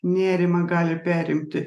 nerimą gali perimti